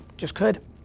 just could,